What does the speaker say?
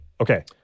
Okay